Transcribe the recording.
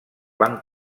van